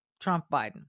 Trump-Biden